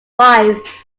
wife